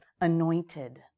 anointed